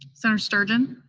senator sturgeon?